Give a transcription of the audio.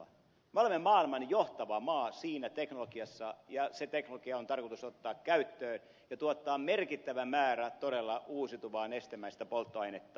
me olemme maailman johtava maa siinä teknologiassa ja se teknologia on tarkoitus ottaa käyttöön ja tuottaa merkittävä määrä todella uusiutuvaa nestemäistä polttoainetta